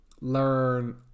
learn